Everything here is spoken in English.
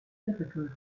difficult